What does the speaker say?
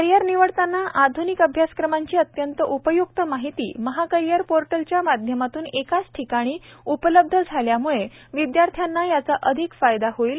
career निवडताना आध्निक अभ्यासक्रमांची अत्यंत उपय्क्त माहिती महा करिअर पोर्टलच्या माध्यमातून एकाच ठिकाणी उपलब्ध झाल्यामुळे विद्यार्थ्यांना याचा अधिक फायदा होईल